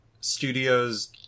studios